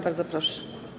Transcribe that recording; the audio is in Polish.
Bardzo proszę.